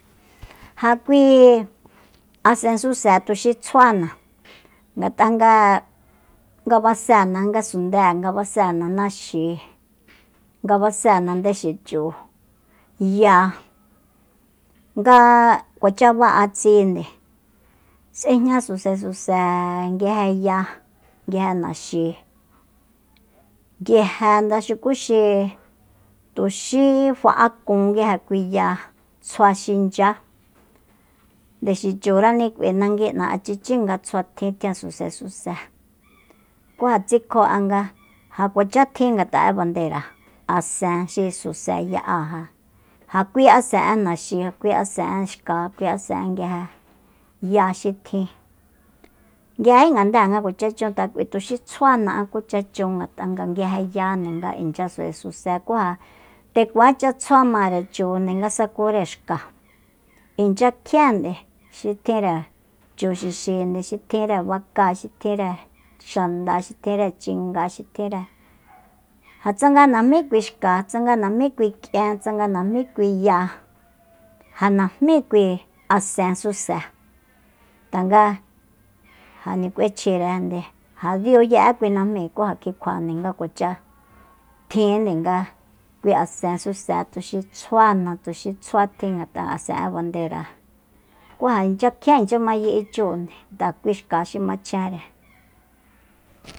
Ja kui asen suse tuxi tsjuana ngat'a nga basena ngasundée ngabaséena naxi nga baséena ndexichu ya nga kuacha ba'a tsinde s'ejña susesuse nguje ya nguije naxi nguije nda xukuxi tuxi fa'akun nguije kui ya tsjua xinchya ndexichurani k'ui nangui'na achichi nga tsjuatjin tjian susesuse ku ja tsikjo'an nga ja kuacha tjin ngata'e bandera asen xi suse ya'a ja kui asen'e naxi ja kui asen'e xka ja kui asen'e nguije ya xi tjin nguijejí ngande kuachachun tanga k'ui tuxi tsjuana'an kucha chun ngat'a nga nguije yande inchya susesuse ku ja nde kuacha tsjua mare chunde nga sakure xka inchya kjiénde xi tjinre chuxixi xi tjinre bakáa xi tjinre xanda xi tjinre chinga xi tjinre ja tsanga najmí kui xka tsanga najmí kui k'ien tsanga najmí kui ya ja najmí kui asen suse tanga ja nik'uechjirende ja díu ye'é kui najmi ku ja kikjuande nga kuacha tjinde nga kui asen suse tuxi tsjuana tuxi tsjuatjin ngat'a'e asen bandera ku ja inchya kjien inchya ma yi'i chunde ngat'a kui xka xi machjenre